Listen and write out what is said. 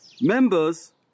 Members